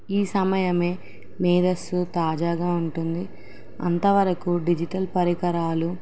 ఈ సమయమే మేధస్సు తాజాగా ఉంటుంది అంతవరకు డిజిటల్ పరికరాలు